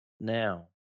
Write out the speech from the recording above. Now